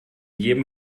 jedem